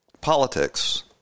Politics